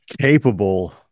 capable